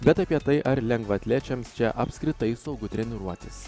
bet apie tai ar lengvaatlečiams čia apskritai saugu treniruotis